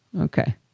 Okay